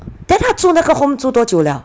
then 她住那个 home 住多久了